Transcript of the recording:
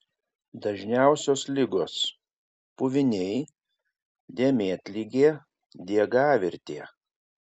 dažniausios ligos puviniai dėmėtligė diegavirtė